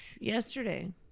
yesterday